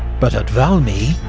but at valmy,